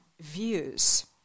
views